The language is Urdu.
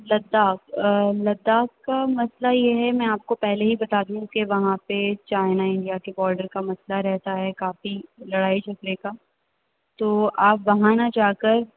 لداخ لداخ کا مسئلہ یہ ہے میں آپ کو پہلے ہی بتا دوں کہ وہاں پہ چائنا انڈیا کے باڈر کا مسئلہ رہتا ہے کافی لڑائی جھگڑے کا تو آپ وہاں نہ جا کر